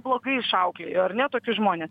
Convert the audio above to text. blogai išauklėjo ar ne tokius žmones